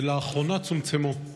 ולאחרונה צומצמו,